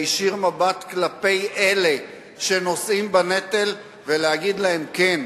להישיר מבט כלפי אלה שנושאים בנטל ולהגיד להם: כן,